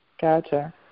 gotcha